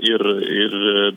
ir ir